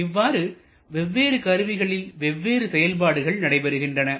இவ்வாறு வெவ்வேறு கருவிகளில் வெவ்வேறு செயல்பாடுகள் நடைபெறுகின்றன